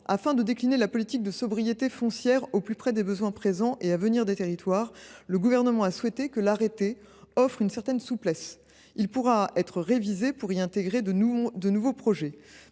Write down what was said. afin de décliner la politique de sobriété foncière au plus près des besoins, présents et à venir, des territoires, le Gouvernement a souhaité que l’arrêté offre une certaine souplesse. Il pourra être révisé pour y intégrer de nouveaux projets.